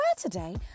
today